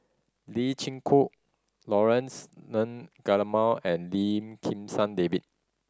Lee Chin Koon Laurence Nunn Guillemard and Lim Kim San David